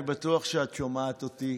אני בטוח שאת שומעת אותי.